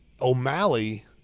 O'Malley